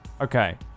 Okay